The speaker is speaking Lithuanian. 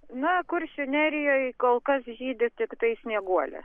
na kuršių nerijoje kol kas žydi tiktai snieguolės